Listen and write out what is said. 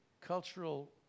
cultural